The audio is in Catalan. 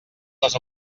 les